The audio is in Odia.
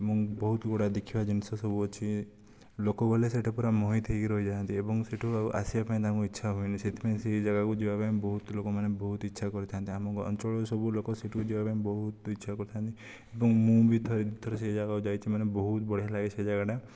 ଏବଂ ବହୁତ ଗୁଡ଼ାଏ ଦେଖିବା ଜିନିଷ ସବୁ ଅଛି ଲୋକ ଗଲେ ସେଇଠି ପୁରା ମୋହିତ ହୋଇକି ରହିଯାଆନ୍ତି ଏବଂ ସେଇଠାରୁ ଆସିବାକୁ ତାଙ୍କୁ ଆଉ ଇଛା ହୁଏନି ସେଥିପାଇଁ ସେହି ଜାଗାକୁ ଯିବା ପାଇଁ ବହୁତ ଲୋକମାନେ ବହୁତ ଇଛା କରିଥାନ୍ତି ଆମ ଅଞ୍ଚଳର ସବୁ ଲୋକ ସେଠିକି ଯିବାପାଇଁ ବହୁତ ଇଛା କରିଥାନ୍ତି ଏବଂ ମୁଁ ବି ଥରେ ଦୁଇ ଥର ସେ ଜାଗାକୁ ଯାଇଛି ମାନେ ବହୁତ ବଢ଼ିଆ ଲାଗେ ସେ ଜାଗା ଟା